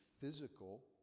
physical